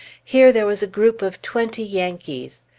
here there was a group of twenty yankees.